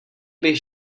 bych